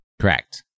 Correct